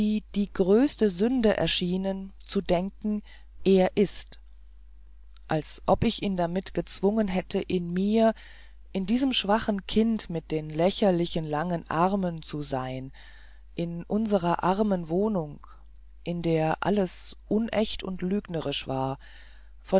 die größte sünde geschienen zu denken er ist als ob ich ihn damit gezwungen hätte in mir in diesem schwachen kind mit den lächerlich langen armen zu sein in unserer armen wohnung in der alles unecht und lügnerisch war